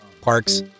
Parks